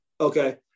okay